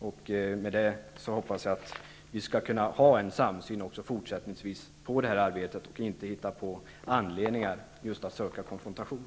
Jag hoppas därför att vi även i fortsättningen skall kunna ha en samsyn på detta arbete och inte hitta på anledningar att söka konfrontation.